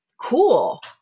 Cool